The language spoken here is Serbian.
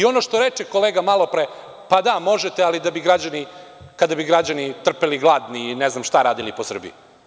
Ono što reče kolega malopre – pa da, možete ali kada bi građani trpeli gladni i ne znam šta radili po Srbiji.